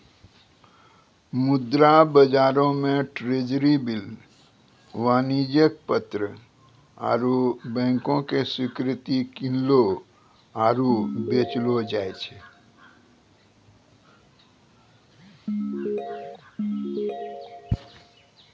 मुद्रा बजारो मे ट्रेजरी बिल, वाणिज्यक पत्र आरु बैंको के स्वीकृति किनलो आरु बेचलो जाय छै